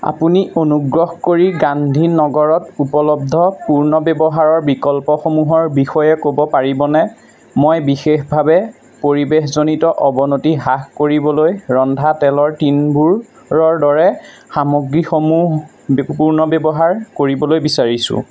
আপুনি অনুগ্ৰহ কৰি গান্ধী নগৰত উপলব্ধ পূৰ্ণব্যৱহাৰৰ বিকল্পসমূহৰ বিষয়ে ক'ব পাৰিবনে মই বিশেষভাৱে পৰিৱেশজনিত অৱনতি হ্ৰাস কৰিবলৈ ৰন্ধা তেলৰ টিনবোৰৰদৰে সামগ্ৰীসমূহ পূৰ্ণব্যৱহাৰ কৰিবলৈ বিচাৰিছোঁ